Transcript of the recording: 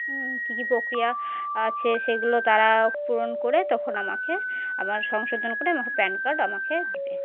কী কী প্রক্রিয়া আছে সেগুলো তারা পূরণ করে তখন আমাকে আমার সংশোধন করে আমাকে প্যান কার্ড আমাকে দেবে